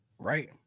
right